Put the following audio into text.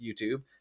YouTube